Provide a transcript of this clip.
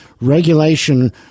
regulation